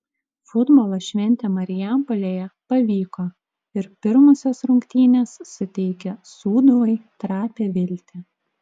futbolo šventė marijampolėje pavyko ir pirmosios rungtynės suteikia sūduvai trapią viltį